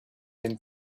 and